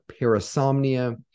parasomnia